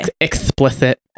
explicit